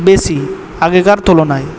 বেশি আগেকার তুলনায়